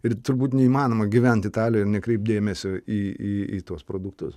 ir turbūt neįmanoma gyvent italijoj nekreipti dėmesio į į į tuos produktus